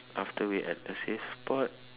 after we at the safe spot